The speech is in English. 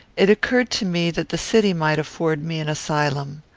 it occurred to me that the city might afford me an asylum.